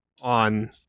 on